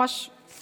ממש פסקה.